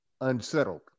unsettled